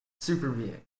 super-being